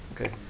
Okay